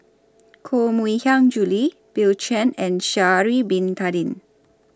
Koh Mui Hiang Julie Bill Chen and Sha'Ari Bin Tadin